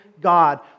God